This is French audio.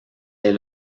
est